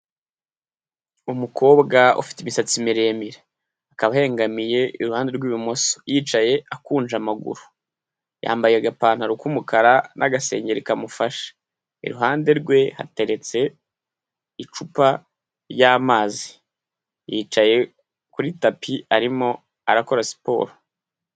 Umukobwa ufite imisatsi miremire. Akaba ahengamiye iruhande rw'ibumoso, yicaye akunje amaguru, yambaye agapantaro k'umukara n'agasengeri kamufashe. Iruhande rwe hateretse icupa ry'amazi, yicaye kuri tapi arimo arakora siporo.